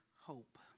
hope